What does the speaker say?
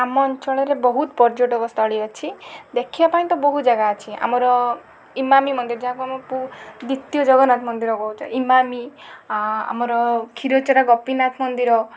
ଆମ ଅଞ୍ଚଳରେ ବହୁତ ପର୍ଯ୍ୟଟକ ସ୍ଥଳୀ ଅଛି ଦେଖିବା ପାଇଁ ତ ବହୁତ ଜାଗା ଅଛି ଆମର ଇମାମି ମନ୍ଦିର ଯାହାକୁ ଆମେ ଦ୍ୱିତୀୟ ଜଗନ୍ନାଥ ମନ୍ଦିର କହୁଛେ ଇମାମି ଆମର କ୍ଷୀରଚୋରା ଗୋପୀନାଥ ମନ୍ଦିର